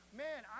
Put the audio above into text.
man